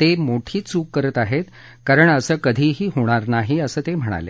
ते मोठी चूक करत आहेत कारण असं कधीही होणार नाही असं ते म्हणाले